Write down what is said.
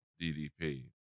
DDP